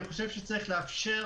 אני חושב שצריך לאפשר